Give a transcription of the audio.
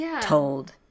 told